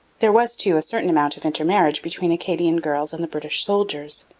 there was, too, a certain amount of intermarriage between acadian girls and the british soldiers.